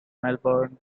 melbourne